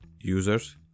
users